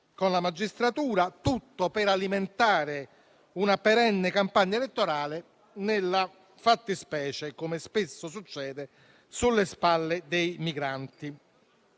con la magistratura, il tutto per alimentare una perenne campagna elettorale, nella fattispecie - come spesso succede - sulle spalle dei migranti.